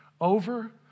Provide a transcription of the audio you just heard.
Over